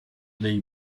dei